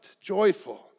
joyful